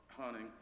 hunting